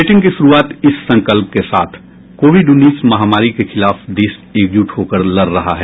bulletin की शुरूआत इस संकल्प के साथ कोविड उन्नीस महामारी के खिलाफ देश एकजुट होकर लड़ रहा है